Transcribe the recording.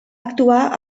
actuar